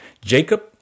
Jacob